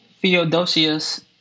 Theodosius